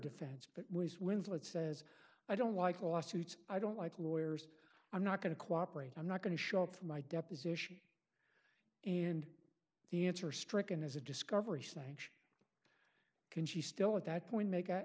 defense but was winslet says i don't like lawsuits i don't like lawyers i'm not going to cooperate i'm not going to show up for my deposition and the answer stricken is a discovery side can she still at that point make